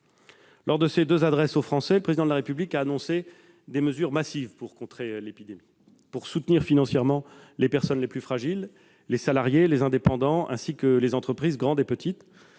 Lors de ses deux adresses aux Français, le Président de la République a annoncé des mesures massives pour contrer l'épidémie, pour soutenir financièrement les personnes les plus fragiles, les salariés, les indépendants, ainsi que les entreprises, grandes et petites.